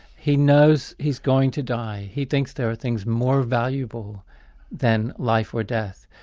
he knows he's going to die he thinks there are things more valuable than life or death.